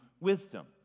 wisdom